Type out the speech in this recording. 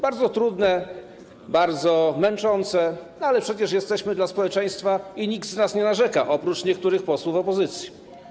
Bardzo trudne, bardzo męczące, ale przecież jesteśmy dla społeczeństwa i nikt z nas nie narzeka, oprócz niektórych posłów opozycji.